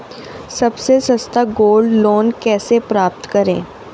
सबसे सस्ता gold loan कैसे प्राप्त कर सकते हैं?